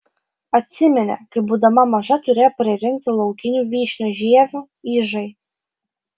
atsiminė kai būdama maža turėjo pririnkti laukinių vyšnių žievių ižai